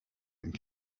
and